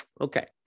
okay